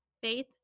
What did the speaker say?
faith